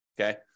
okay